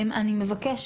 אייר,